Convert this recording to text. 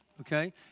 okay